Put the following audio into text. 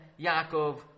Yaakov